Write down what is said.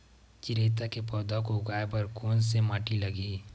चिरैता के पौधा को उगाए बर कोन से माटी लगही?